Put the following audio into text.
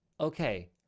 Okay